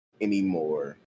anymore